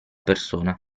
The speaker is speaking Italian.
persona